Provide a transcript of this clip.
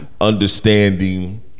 understanding